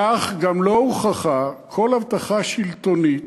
"כך, גם לא הוכחה כל הבטחה שלטונית